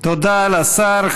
תודה לשר.